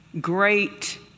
great